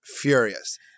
furious